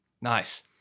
Nice